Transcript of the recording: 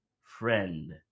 friend